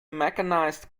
mechanized